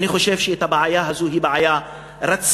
אני חושב שהבעיה הזאת היא בעיה רצינית,